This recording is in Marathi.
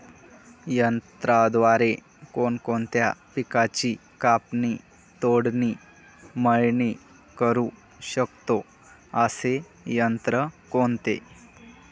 यंत्राद्वारे कोणकोणत्या पिकांची कापणी, तोडणी, मळणी करु शकतो, असे यंत्र कोणते?